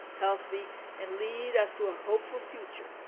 healthy and lead us to a hopeful future.